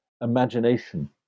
imagination